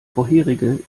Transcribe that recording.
vorherige